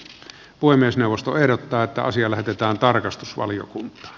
puhemiesneuvosto ehdottaa että asia lähetetään tarkastusvaliokuntaan